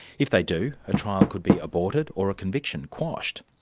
if they do, a trial could be aborted or a conviction quashed.